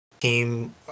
team